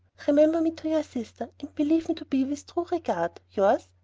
remember me to your sister, and believe me to be with true regard, yours,